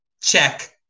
check